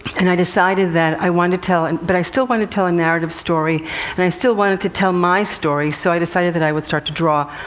and i decided that i wanted to tell and but i still wanted to tell a narrative story and i still wanted to tell my stories. so i decided that i would start to draw.